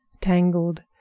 tangled